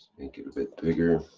make it a bit bigger.